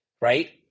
right